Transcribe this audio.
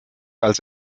als